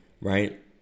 right